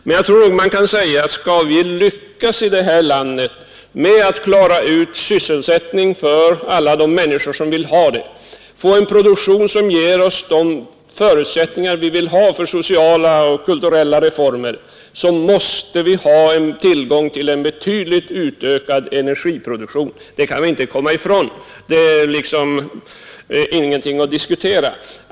Men man kan nog säga att skall vi i detta land lyckas skapa sysselsättning för alla de människor som vill ha arbete, och skall vi få en produktion som ger oss de förutsättningar vi vill ha för sociala och kulturella reformer, måste vi ha en betydligt utökad energiproduktion. Det kan vi inte bortse ifrån. Det är ingenting att diskutera.